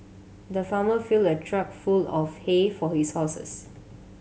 the farmer filled a truck full of hay for his horses